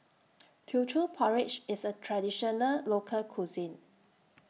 Teochew Porridge IS A Traditional Local Cuisine